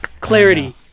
Clarity